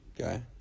okay